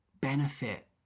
benefit